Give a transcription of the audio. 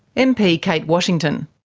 mp kate washington.